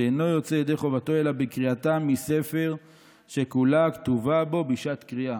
שאינו יוצא ידי חובתו אלא בקריאתה מספר שכולה כתובה בו בשעת קריאה"